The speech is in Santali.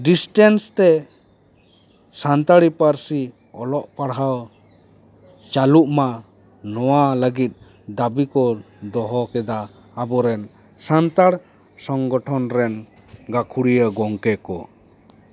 ᱰᱤᱥᱴᱮᱱᱥ ᱛᱮ ᱥᱟᱱᱛᱟᱲᱤ ᱯᱟᱹᱨᱥᱤ ᱚᱞᱚᱜ ᱯᱟᱲᱦᱟᱣ ᱪᱟᱹᱞᱩᱜᱼᱢᱟ ᱱᱚᱣᱟ ᱞᱟᱹᱜᱤᱫ ᱫᱟᱹᱵᱤ ᱠᱚ ᱫᱚᱦᱚ ᱠᱮᱫᱟ ᱟᱵᱚᱨᱮᱱ ᱥᱟᱱᱛᱟᱲ ᱥᱚᱝᱜᱚᱴᱷᱚᱱ ᱨᱮᱱ ᱜᱟᱹᱠᱷᱩᱲᱤᱭᱟᱹ ᱜᱚᱝᱠᱮ ᱠᱚ